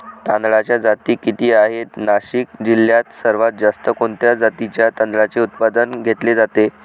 तांदळाच्या जाती किती आहेत, नाशिक जिल्ह्यात सर्वात जास्त कोणत्या जातीच्या तांदळाचे उत्पादन घेतले जाते?